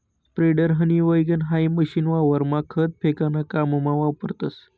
spreader, honey wagon हाई machine वावरमा खत फेकाना काममा वापरतस